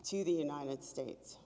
to the united states